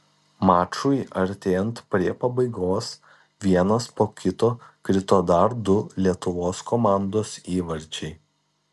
mačui artėjant prie pabaigos vienas po kito krito dar du lietuvos komandos įvarčiai